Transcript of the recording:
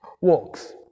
walks